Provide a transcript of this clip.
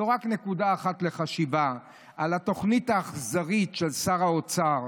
זו רק נקודה אחת לחשיבה על התוכנית האכזרית של שר האוצר,